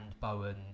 Bowen